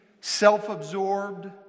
self-absorbed